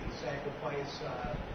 sacrifice